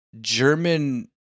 German